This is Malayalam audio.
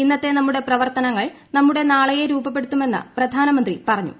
ഇന്നത്തെ നമ്മുടെ പ്രവർത്തനങ്ങൾ നമ്മുടെ നാളെയെ രൂപപ്പെടുത്തുമെന്ന് പ്രധാനമന്ത്രി പറഞ്ഞു